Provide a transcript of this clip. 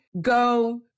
go